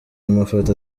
amafoto